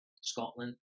scotland